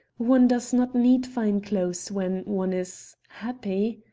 one does not need fine clothes when one is happy.